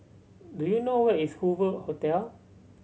do you know where is Hoover Hotel